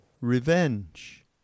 revenge